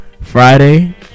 Friday